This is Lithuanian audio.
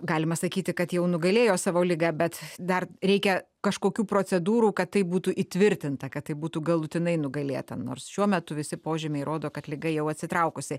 galima sakyti kad jau nugalėjo savo ligą bet dar reikia kažkokių procedūrų kad tai būtų įtvirtinta kad tai būtų galutinai nugalėta nors šiuo metu visi požymiai rodo kad liga jau atsitraukusi